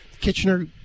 Kitchener